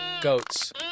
Goats